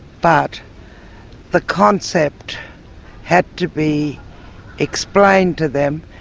but the concept had to be explained to them.